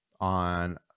on